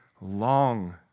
long